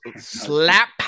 slap